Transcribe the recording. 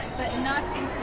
but not